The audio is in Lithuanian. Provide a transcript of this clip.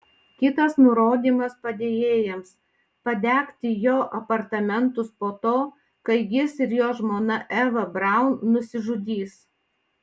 kitas nurodymas padėjėjams padegti jo apartamentus po to kai jis ir jo žmona eva braun nusižudys